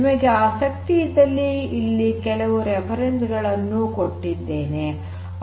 ನಿಮಗೆ ಆಸಕ್ತಿ ಇದ್ದಲ್ಲಿ ಇಲ್ಲಿ ಕೆಲವು ಉಲ್ಲೇಖಗಳನ್ನೂ ಕೊಟ್ಟಿದ್ದೇನೆ